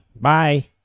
Bye